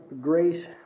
grace